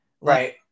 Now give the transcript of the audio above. right